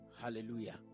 Hallelujah